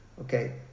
okay